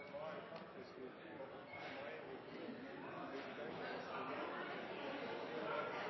på det norske boligmarkedet var i